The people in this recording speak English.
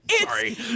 Sorry